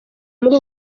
muri